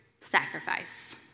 sacrifice